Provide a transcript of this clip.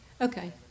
Okay